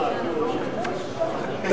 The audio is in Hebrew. דבר אחד,